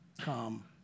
come